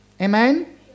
Amen